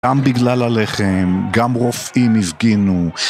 גם בגלל הלחם, גם רופאים הפגינו.